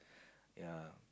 ya